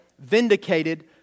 vindicated